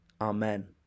Amen